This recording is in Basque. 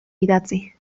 idatzi